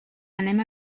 anem